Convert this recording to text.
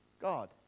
God